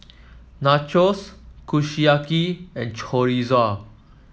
Nachos Kushiyaki and Chorizo